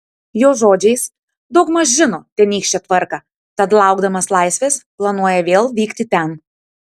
jo žodžiais daugmaž žino tenykštę tvarką tad laukdamas laisvės planuoja vėl vykti ten